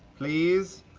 please?